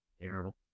Terrible